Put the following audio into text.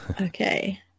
Okay